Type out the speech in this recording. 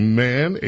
man